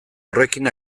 horrekin